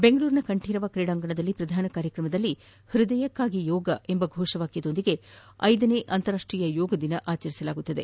ಬೆಂಗಳೂರಿನ ಕಂಠೀರವ ಹೊರಾಂಗಣ ಕ್ರೀಡಾಂಗಣದಲ್ಲಿ ಪ್ರಧಾನ ಕಾರ್ಯಕ್ರಮದಲ್ಲಿ ಹೃದಯಕ್ಕಾಗಿ ಯೋಗ ಎಂಬ ಫೋಷವಾಕ್ಯದೊಂದಿಗೆ ಅಂತಾರಾಷ್ಟೀಯ ಯೋಗ ದಿನ ಆಚರಿಸಲಾಗುತ್ತಿದೆ